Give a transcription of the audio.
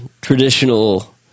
traditional